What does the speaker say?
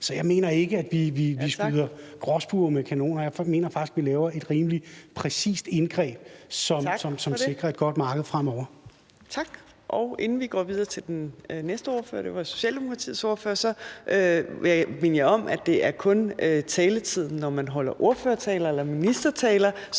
Så jeg mener ikke, at vi skyder gråspurve med kanoner her. For jeg mener faktisk, at vi laver et rimelig præcist indgreb, som sikrer et godt marked fremover. Kl. 15:28 Fjerde næstformand (Trine Torp): Tak. Og inden vi går videre til den næste ordfører, vil jeg minde jer om, at det kun er taletiden, når man holder ordførertaler eller ministertaler,